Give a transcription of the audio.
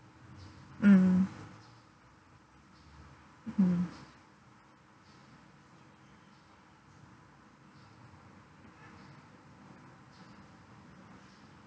mm mm